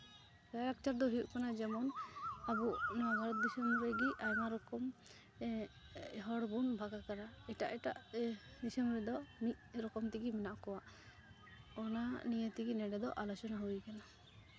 ᱞᱟᱭᱼᱞᱟᱠᱪᱟᱨ ᱫᱚ ᱦᱩᱭᱩᱜ ᱠᱟᱱᱟ ᱡᱮᱢᱚᱱ ᱟᱵᱚ ᱱᱚᱣᱟ ᱵᱷᱟᱨᱚᱛ ᱫᱤᱥᱚᱢ ᱨᱮᱜᱮ ᱟᱭᱢᱟ ᱨᱚᱠᱚᱢ ᱦᱚᱲ ᱵᱚᱱ ᱵᱷᱟᱜᱽ ᱠᱟᱱᱟ ᱮᱴᱟᱜ ᱮᱴᱟᱜ ᱫᱤᱥᱚᱢ ᱨᱮᱫᱚ ᱢᱤᱫ ᱨᱚᱠᱚᱢ ᱛᱮᱜᱮ ᱢᱮᱱᱟᱜ ᱠᱚᱣᱟ ᱚᱱᱟ ᱱᱤᱭᱮ ᱛᱮᱜᱮ ᱱᱚᱰᱮ ᱫᱚ ᱟᱞᱚᱪᱚᱱᱟ ᱦᱩᱭ ᱠᱟᱱᱟ